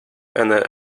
and